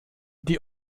die